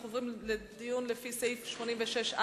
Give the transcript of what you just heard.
אנחנו עוברים לדיון לפי סעיף 86(א)